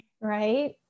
Right